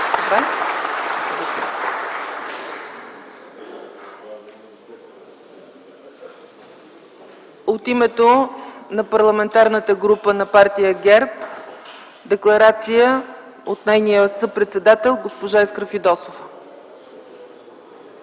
От името на Парламентарната група на партия ГЕРБ декларация от нейния съпредседател госпожа Искра Фидосова.